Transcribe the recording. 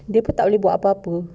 dia pun tak boleh buat apa-apa